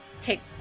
take